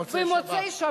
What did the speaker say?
במוצאי-שבת.